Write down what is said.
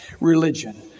religion